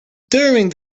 during